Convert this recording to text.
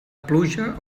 pluja